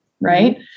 right